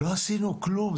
לא עשינו כלום,